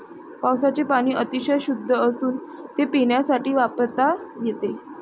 पावसाचे पाणी अतिशय शुद्ध असून ते पिण्यासाठी वापरता येते